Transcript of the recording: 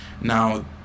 now